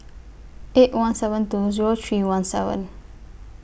eight one seven two Zero three one seven